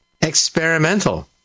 Experimental